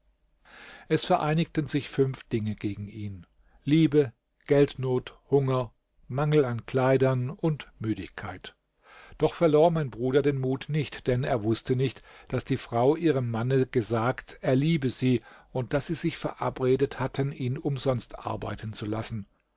es vereinigten sich fünf dinge gegen ihn liebe geldnot hunger mangel an kleidern und müdigkeit doch verlor mein bruder den mut nicht denn er wußte nicht daß die frau ihrem manne gesagt er liebe sie und daß sie sich verabredet hatten ihn umsonst arbeiten zu lassen